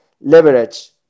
leverage